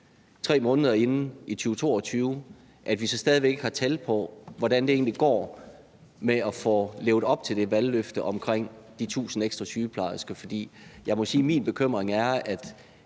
3 måneder inde i 2022, at vi så stadig væk ikke har tal på, hvordan det egentlig går med at få levet op til det valgløfte om de 1.000 ekstra sygeplejersker. For jeg må sige,